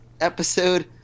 episode